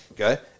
Okay